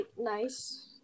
nice